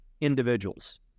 individuals